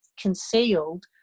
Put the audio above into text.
concealed